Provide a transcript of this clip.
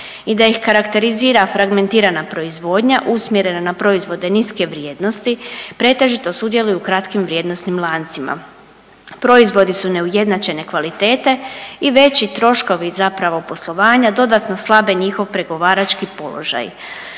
i da ih karakterizira fragmentirana proizvodnja usmjerena na proizvode niske vrijednosti. Pretežito sudjeluju u kratkim vrijednosnim lancima. Proizvodi su neujednačene kvalitete i veći troškovi zapravo poslovanja dodatno slabe njihov pregovarački položaj,